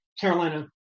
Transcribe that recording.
Carolina